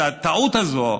את הטעות הזאת,